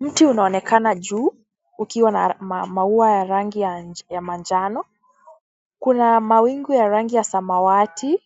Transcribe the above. Mti unaonekana juu ukiwa na mauwa ya rangi ya manjano, kuna mawingu ya rangi ya samawati,